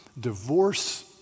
divorce